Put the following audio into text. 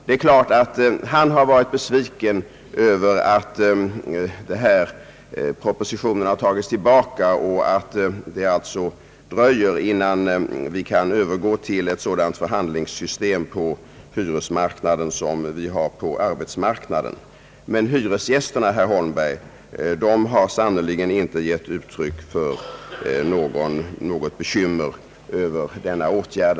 Han har givetvis varit besviken över att propositionen har tagits tillbaka och att det alltså dröjer innan vi kan övergå till ett sådant förhandlingssystem på hyresmarknaden som vi redan har på arbetsmarknaden. Hyresgäster däremot, herr Holmberg, har sannerligen inte givit uttryck för några bekymmer över denna åtgärd.